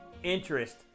Interest